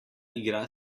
igra